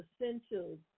essentials